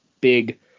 big